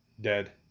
dead